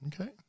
Okay